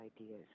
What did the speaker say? ideas